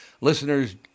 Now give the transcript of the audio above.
Listeners